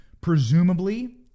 presumably